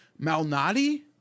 Malnati